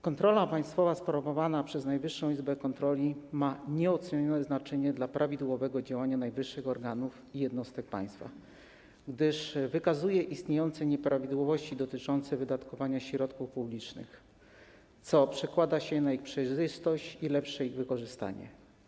Kontrola państwowa sprawowana przez Najwyższą Izbę Kontroli ma nieocenione znaczenie dla prawidłowego działania najwyższych organów i jednostek państwa, gdyż wykazuje istniejące nieprawidłowości dotyczące wydatkowania środków publicznych, co przekłada się na ich przejrzystość i lepsze ich wykorzystanie.